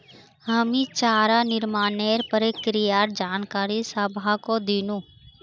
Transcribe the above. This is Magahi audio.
हामी चारा निर्माणेर प्रक्रियार जानकारी सबाहको दिनु